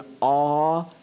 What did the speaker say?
awe